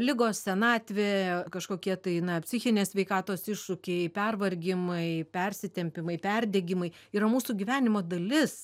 ligos senatvė kažkokie tai na psichinės sveikatos iššūkiai pervargimai persitempimai perdegimai yra mūsų gyvenimo dalis